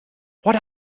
what